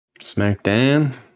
Smackdown